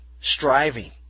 striving